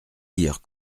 dire